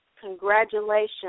congratulations